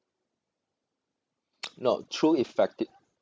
no through effective